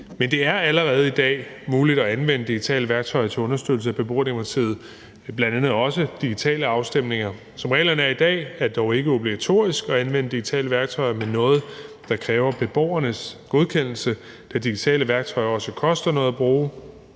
Men det er allerede i dag muligt at anvende digitale værktøjer til understøttelse af beboerdemokratiet, bl.a. også digitale afstemninger. Som reglerne er i dag, er det dog ikke obligatorisk at anvende digitale værktøjer, men er noget, der kræver beboernes godkendelse, da digitale værktøjer også koster noget at bruge,